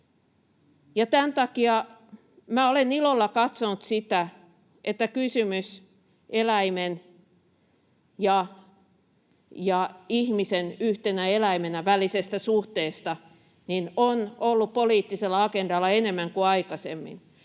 tämän takia minä olen ilolla katsonut sitä, että kysymys eläimen ja ihmisen — yhtenä eläimenä — välisestä suhteesta on ollut poliittisella agendalla enemmän kuin aikaisemmin.